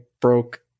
broke